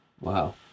Wow